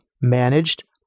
managed